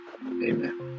Amen